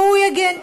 והוא יגן,